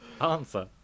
answer